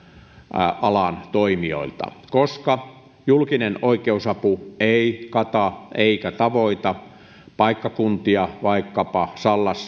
alan toimijoilta koska julkinen oikeusapu ei kata eikä tavoita paikkakuntia kuten vaikkapa sallaa